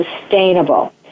sustainable